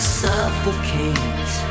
suffocate